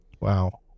Wow